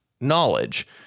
knowledge